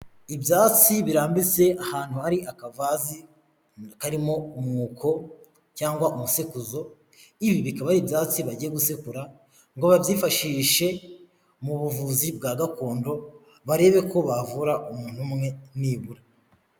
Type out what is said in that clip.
Ibyatsi birambitse ahantu hari akavazi karimo umwuko cyangwa umusekuzo, ibi bikaba ari ibyatsi bagiye gusekura ngo babyifashishe mu buvuzi bwa gakondo barebe ko bavura umuntu umwe nibura.